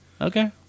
Okay